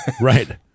Right